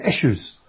issues